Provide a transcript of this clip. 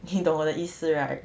你懂我的意思 right